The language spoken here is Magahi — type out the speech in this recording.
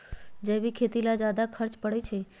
जैविक खेती ला ज्यादा खर्च पड़छई?